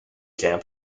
camp